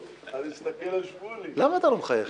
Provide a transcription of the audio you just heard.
ברשימה אחת שתיקרא המחנה הציוני.